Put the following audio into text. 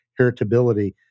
Heritability